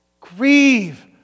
grieve